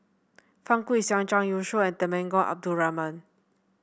Fang Guixiang Zhang Youshuo and Temenggong Abdul Rahman